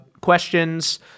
questions